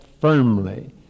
firmly